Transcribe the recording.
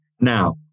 Now